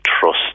trust